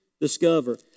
discover